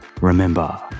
remember